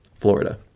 Florida